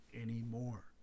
anymore